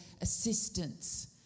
assistance